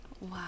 Wow